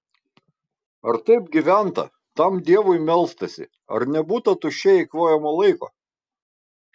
ar taip gyventa tam dievui melstasi ar nebūta tuščiai eikvojamo laiko